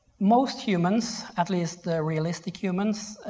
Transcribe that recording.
most humans, at least the realistic humans,